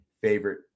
favorite